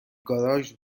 گاراژ